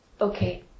Okay